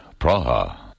Praha